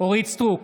אורית מלכה סטרוק,